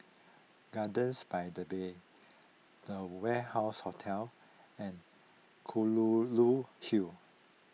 Gardens by the Bay the Warehouse Hotel and Kelulut Hill